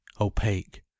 opaque